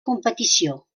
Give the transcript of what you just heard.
competició